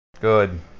Good